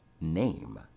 name